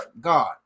God